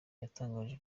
yatangaje